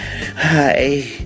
Hi